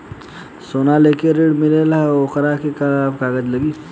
सोना लेके ऋण मिलेला वोकरा ला का कागज लागी?